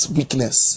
weakness